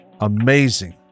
amazing